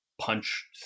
punch